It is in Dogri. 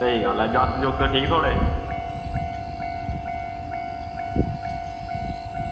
स्हेई गल्ल ऐ जागत ठीक थुआढ़े